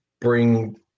bring